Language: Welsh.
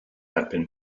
erbyn